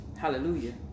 hallelujah